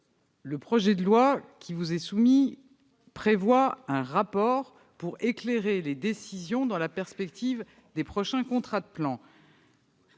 Le projet de loi qui vous est soumis prévoit un rapport pour éclairer les décisions dans la perspective des prochains contrats de plan.